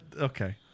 Okay